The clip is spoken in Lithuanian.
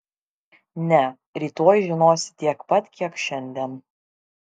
ne rytoj žinosi tiek pat kiek šiandien